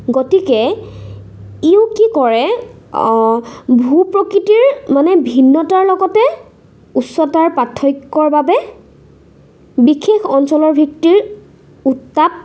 গতিকে ইও কি কৰে ভূ প্ৰকৃতিৰ মানে ভিন্নতাৰ লগতে উচ্চতাৰ পাৰ্থক্যৰ বাবে বিশেষ অঞ্চলৰ ভিত্তিৰ উত্তাপ